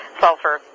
sulfur